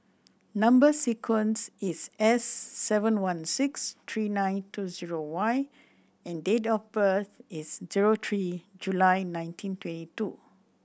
number sequence is S seven one six three nine two zero Y and date of birth is zero three July nineteen twenty two